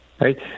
right